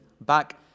back